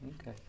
Okay